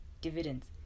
dividends